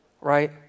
right